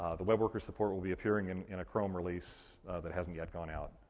ah the web worker support will be appearing in in a chrome release that hasn't yet gone out.